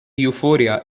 euphoria